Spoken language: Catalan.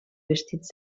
vestits